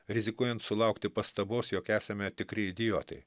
rizikuojant sulaukti pastabos jog esame tikri idiotai